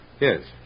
Yes